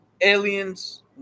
aliens